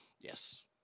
Yes